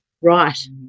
Right